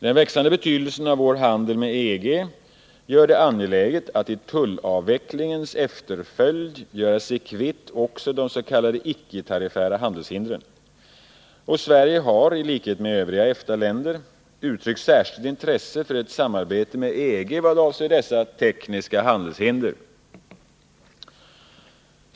Den växande betydelsen av vår handel med EG gör det angeläget att i tullavvecklingens efterföljd göra sig kvitt också de s.k. icke-tariffära handelshindren. Sverige har i likhet med övriga EFTA-länder uttryckt särskilt intresse för ett samarbete med EG avseende dessa så att säga tekniska handelshinder.